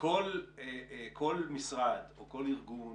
וכל משרד או כל ארגון